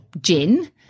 gin